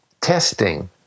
testing